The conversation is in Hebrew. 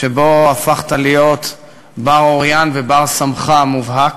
שבו הפכת להיות בר-אוריין ובר-סמכא מובהק,